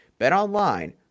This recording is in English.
BetOnline